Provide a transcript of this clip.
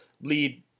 lead –